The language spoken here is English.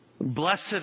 Blessed